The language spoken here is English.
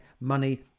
money